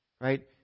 Right